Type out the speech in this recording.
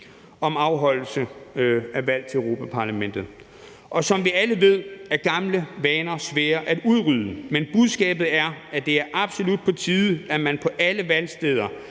om afholdelse af valg til Europa-Parlamentet. Som vi alle ved, er gamle vaner svære at udrydde, men budskabet er, at det absolut er på tide, at man på alle valgsteder